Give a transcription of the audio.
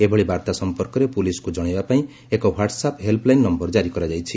ଏଭଳି ବାର୍ତ୍ତା ସଂପର୍କରେ ପୋଲିସ୍କୁ ଜଣାଇବା ପାଇଁ ଏକ ହ୍ପାଟ୍ସଆପ୍ ହେଲ୍ପ୍ ଲାଇନ୍ ନମ୍ଘର ଜାରି କରାଯାଇଛି